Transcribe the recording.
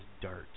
dirt